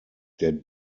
der